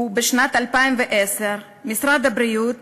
בשנת 2010, משרד הבריאות